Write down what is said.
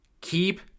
Keep